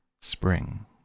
Spring